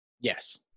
Yes